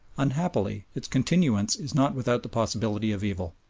unhappily its continuance is not without the possibility of evil.